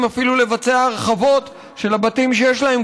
אפילו לבצע הרחבות של הבתים שיש להם,